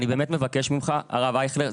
אני באמת מבקש ממך הרב אייכלר,